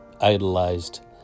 idolized